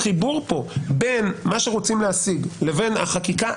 החיבור פה בין מה שרוצים להשיג לבין החקיקה,